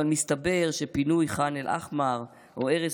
אבל מסתבר שפינוי ח'אן אל-אחמר או הרס